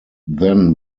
then